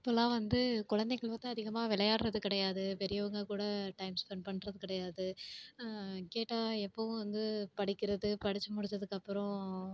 இப்போல்லாம் வந்து குழந்தைகள் வந்து அதிகமாக விளையாடுறது கிடையாது பெரியவங்க கூட டைம் ஸ்பெண்ட் பண்ணுறது கிடையாது கேட்டால் எப்போவும் வந்து படிக்கிறது படித்து முடிச்சதுக்கு அப்புறம்